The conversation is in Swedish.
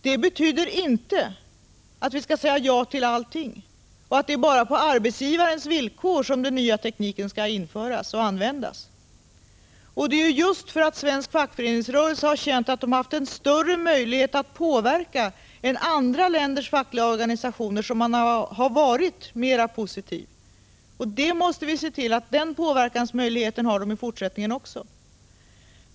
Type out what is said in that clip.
Det betyder inte att vi skall säga ja till allt och att det är bara på arbetsgivarens villkor som den nya tekniken skall införas och användas. Det är just för att svensk fackföreningsrörelse har känt att den har haft en större möjlighet att påverka än andra länders fackliga organisationer som man har varit mer positiv. Vi måste därför se till att fackföreningsrörelsen har dessa möjligheter att påverka även i fortsättningen.